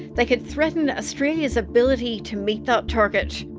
they could threaten australia's ability to meet that target.